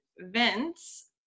Vince